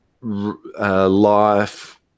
life